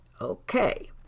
Okay